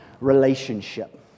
relationship